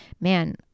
man